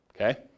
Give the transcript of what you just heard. okay